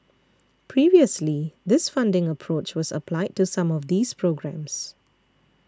previously this funding approach was applied to some of these programmes